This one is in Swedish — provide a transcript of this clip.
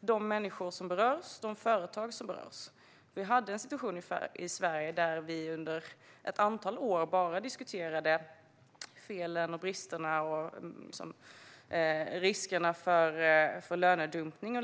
de människor och de företag som berörs. Vi hade en situation i Sverige där vi under att antal år bara diskuterade felen, bristerna och riskerna för lönedumpning.